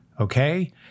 Okay